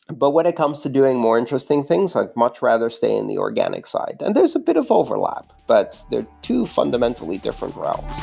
and but when it comes to doing more interesting things, i'd much rather stay in the organic side. and there's a bit of overlap, but they're two fundamentally different routes.